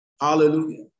Hallelujah